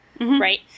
right